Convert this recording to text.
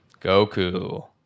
Goku